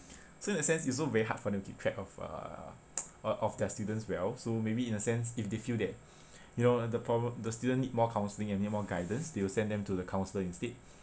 so in that sense it's also very hard for them to keep track of uh uh of their students well so maybe in a sense if they feel that you know the prob~ the student need more counselling and need more guidance they'll send them to the counsellor instead